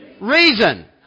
Reason